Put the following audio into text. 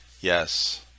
Yes